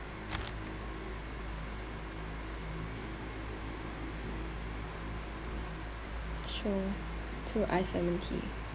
sure two ice lemon tea